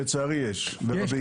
לצערי יש, ורבים.